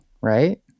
right